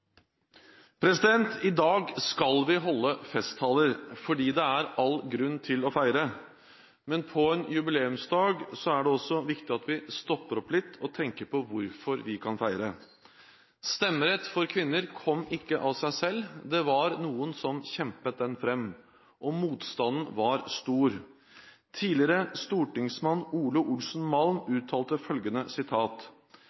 oss i dag. I dag skal vi holde festtaler fordi det er all grunn til å feire. Men på en jubileumsdag er det også viktig at vi stopper opp litt og tenker på hvorfor vi kan feire Stemmerett for kvinner kom ikke av seg selv. Det var noen som kjempet den fram, og motstanden var stor. Tidligere stortingsmann Ole Olsen